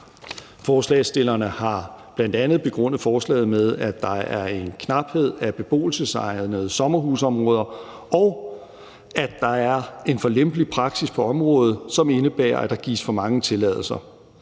Forslagsstillerne har bl.a. begrundet forslaget med, at der er en knaphed på beboelsesegnede sommerhusområder, og at der er en for lempelig praksis på området, som indebærer, at der gives for mange tilladelser.